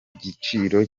cyiciro